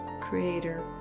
Creator